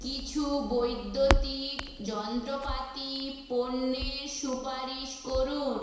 কিছু বৈদ্যুতিক যন্ত্রপাতি পণ্যের সুপারিশ করুন